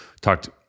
Talked